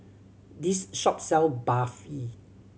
this shop sell Barfi